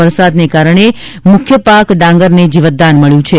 વરસાદને કારણે મુખ્ય પાક ડાંગરને જીવતદાન મળ્યું છે